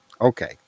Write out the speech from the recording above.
Okay